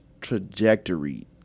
trajectory